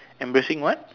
amazing what